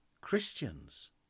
Christians